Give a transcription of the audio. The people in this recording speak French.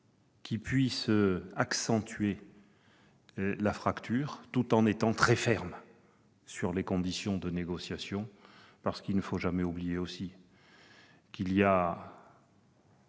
qui puisse accentuer la fracture, tout en étant très fermes sur les conditions de négociation. Il ne faut jamais oublier que des